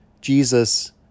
Jesus